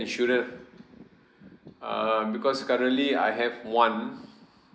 insurance um because currently I have one